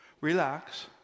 Relax